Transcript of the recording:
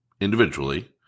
individually